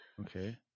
Okay